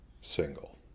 single